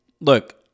look